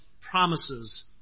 promises